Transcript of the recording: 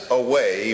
away